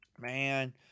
man